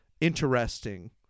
interesting